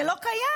זה לא קיים.